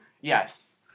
Yes